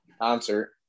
concert